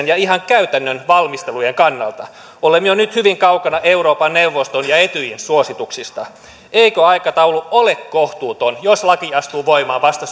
ja ihan käytännön valmistelujen kannalta olemme jo nyt hyvin kaukana euroopan neuvoston ja etyjin suosituksista eikö aikataulu ole kohtuuton jos laki astuu voimaan vasta